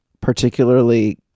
particularly